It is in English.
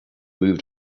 moved